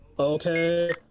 Okay